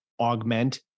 Augment